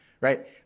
right